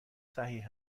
صحیح